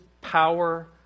power